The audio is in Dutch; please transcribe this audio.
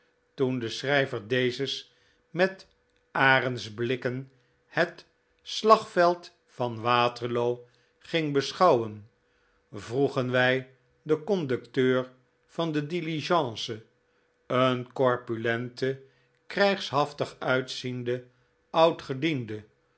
toen de schrijver dezes met arendsblikken het slagveld van waterloo ging beschouwen vroegen wij den conducteur van de diligence een corpulenten krijgshaftig uitzienden